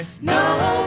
No